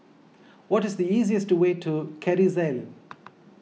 what is the easiest way to Kerrisdale